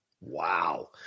Wow